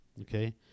Okay